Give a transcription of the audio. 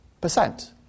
percent